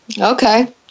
Okay